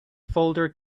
folder